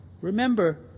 remember